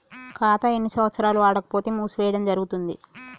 ఖాతా ఎన్ని సంవత్సరాలు వాడకపోతే మూసివేయడం జరుగుతుంది?